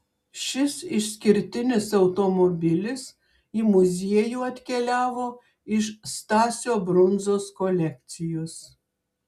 šis išskirtinis automobilis į muziejų atkeliavo iš stasio brundzos kolekcijos